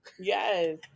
Yes